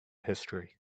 history